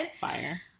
Fire